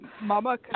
Mama